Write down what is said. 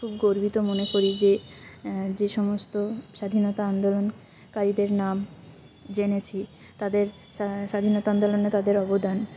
খুব গর্বিত মনে করি যে যে সমস্ত স্বাধীনতা আন্দোলনকারীদের নাম জেনেছি তাদের স্বাধীনতা আন্দোলনে তাদের অবদান